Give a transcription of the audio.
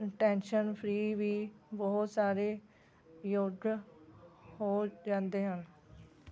tension free ਵੀ ਬਹੁਤ ਸਾਰੇ ਯੋਗਾ ਹੋ ਜਾਂਦੇ ਹਨ